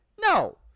no